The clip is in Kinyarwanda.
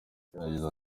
yagize